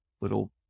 little